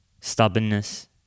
stubbornness